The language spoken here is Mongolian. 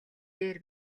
дээр